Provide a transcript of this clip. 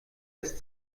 ist